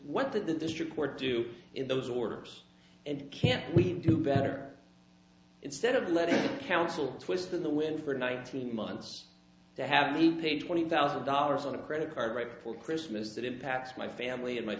what the district court do in those orders and can we do better instead of letting council twist in the wind for nineteen months to have me pay twenty thousand dollars on a credit card right before christmas that impacts my family and my